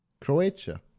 Croatia